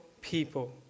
people